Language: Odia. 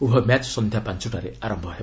ଉଭୟ ମ୍ୟାଚ୍ ସନ୍ଧ୍ୟା ପାଞ୍ଚଟାରେ ଆରମ୍ଭ ହେବ